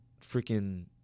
freaking